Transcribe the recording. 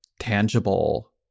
tangible